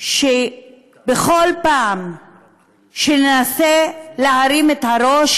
שבכל פעם שננסה להרים את הראש,